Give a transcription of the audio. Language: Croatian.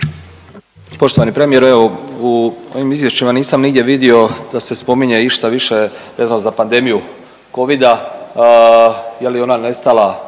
Poštovani premijeru evo u ovim izvješćima nisam nigdje vidio da se spominje išta više vezano za pandemiju covida je li ona nestala